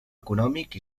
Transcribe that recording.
econòmic